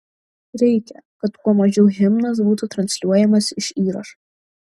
reikia kad kuo mažiau himnas būtų transliuojamas iš įrašo